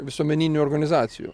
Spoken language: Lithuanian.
visuomeninių organizacijų